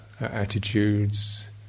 attitudes